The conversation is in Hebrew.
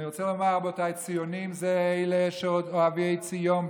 אני רוצה לומר שציונים הם אלו שעוד אוהבי ציון,